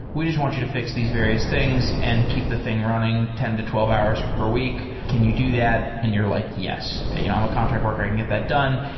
we just want you to fi x these various things and keep the thing running ten to twelve hours per week. can you do that? and you're like, yes. you know i'm a contract worker. i can get that done.